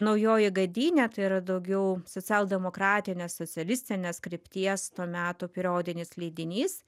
naujoji gadynė tai yra daugiau socialdemokratinė socialistinės krypties to meto periodinis leidinys